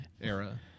Era